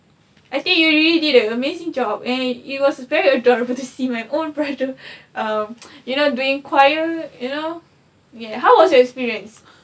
I think you already did a amazing job and it was very adorable to see my own brother um you know doing choir you know ya how was your experience